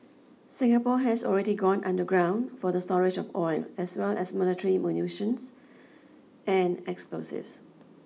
Singapore has already gone underground for the storage of oil as well as military munitions and explosives